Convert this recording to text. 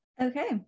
Okay